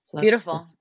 Beautiful